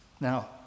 Now